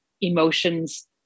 emotions